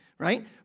Right